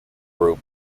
group